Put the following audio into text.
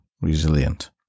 resilient